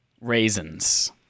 raisins